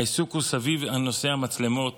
העיסוק הוא סביב נושא המצלמות